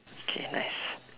okay nice